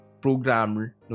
programmer